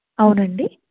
అవునండి